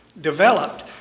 developed